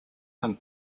him